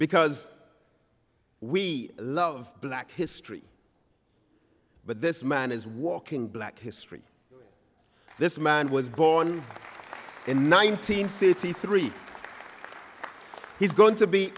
because we love black history but this man is walking black history this man was born and nineteen fifty three he's going to be